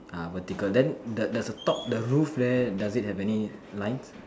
ah vertical then there's a top the roof there does it have any lines